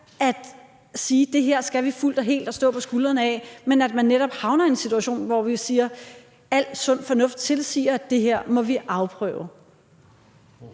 at sige, at det her skal vi fuldt og helt og stå på skuldrene af? Man havner netop i en situation, hvor vi siger, at al sund fornuft tilsiger, at det her må vi afprøve.